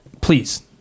please